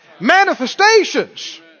manifestations